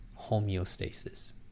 homeostasis